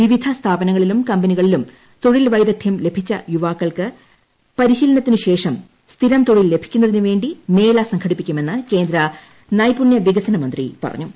വിവിധ സ്ഥാപനങ്ങളിലും കമ്പനികളിലും തൊഴിൽ വൈദഗ്ധ്യം ലഭിച്ച യുവാക്കൾക്ക് പരിശീലനത്തിനു ശേഷം സ്ഥിരം തൊഴിൽ ലഭിക്കുന്നതിന് വേണ്ടി മേള സംഘടിപ്പിക്കുമെന്ന് കേന്ദ്ര നൈപുണ്യ വികസനമന്ത്രി പറഞ്ഞു